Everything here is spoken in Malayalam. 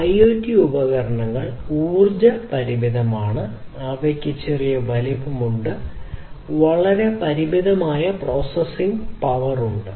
IoT ഉപകരണങ്ങൾ ഊർജ്ജ പരിമിതിയാണ് അവയ്ക്ക് ചെറിയ വലിപ്പമുണ്ട് വളരെ പരിമിതമായ പ്രോസസ്സിംഗ് പവർ ഉണ്ട്